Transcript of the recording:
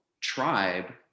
tribe